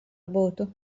būtu